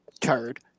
turd